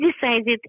decided